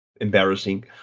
embarrassing